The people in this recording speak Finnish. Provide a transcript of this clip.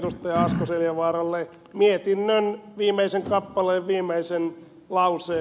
asko seljavaaralle mietinnön viimeisen kappaleen viimeisen lauseen